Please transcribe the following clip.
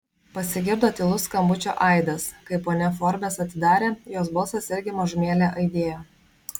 pasigirdo tylus skambučio aidas kai ponia forbes atidarė jos balsas irgi mažumėlę aidėjo